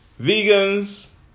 Vegans